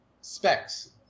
specs